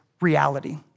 reality